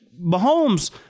Mahomes